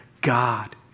God